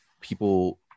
people